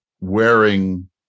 wearing